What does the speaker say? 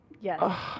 Yes